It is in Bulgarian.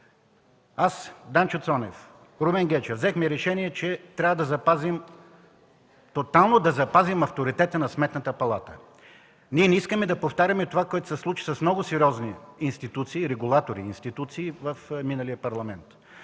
аз, Данчо Цонев, Румен Гечев, взехме решение, че трябва да запазим тотално авторитета на Сметната палата. Ние не искаме да повтаряме това, което се случи с много сериозни институции регулатори в миналия Парламент,